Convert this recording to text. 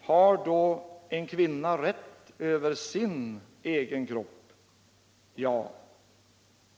Har då en kvinna rätt över sin egen kropp? Ja.